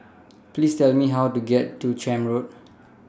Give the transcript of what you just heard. Please Tell Me How to get to Camp Road